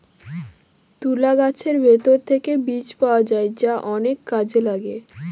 তুলা গাছের ভেতর থেকে বীজ পাওয়া যায় যা অনেক কাজে লাগে